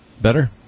Better